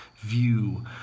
view